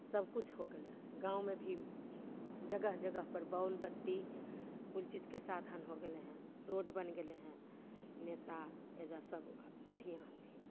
सबकिछु हो गेलै हँ गाममे भी जगह जगह पर बॉल बत्ती कुल चीजके साधन हो गेलै हँ रोड बनि गेलै हँ नेता एहिजाँ सब बढ़िआँ हथिन